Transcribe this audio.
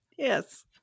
Yes